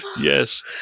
Yes